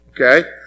Okay